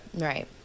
right